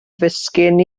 ddisgyn